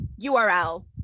URL